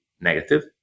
negative